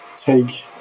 take